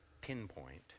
pinpoint